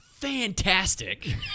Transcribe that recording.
fantastic